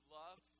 love